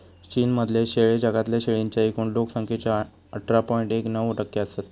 चीन मधले शेळे जगातल्या शेळींच्या एकूण लोक संख्येच्या अठरा पॉइंट एक नऊ टक्के असत